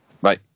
bye